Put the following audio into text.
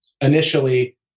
initially